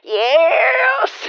yes